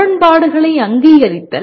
முரண்பாடுகளை அங்கீகரித்தல்